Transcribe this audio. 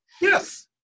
Yes